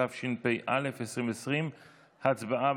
התשפ"א 2020. הצבעה,